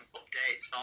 updates